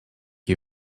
you